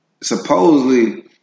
supposedly